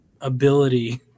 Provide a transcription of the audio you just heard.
ability